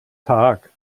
tag